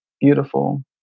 Beautiful